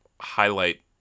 highlight